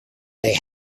they